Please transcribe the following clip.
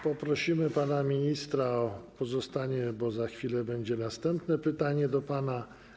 Poprosimy pana ministra o pozostanie, bo za chwilę będzie następne pytanie do pana.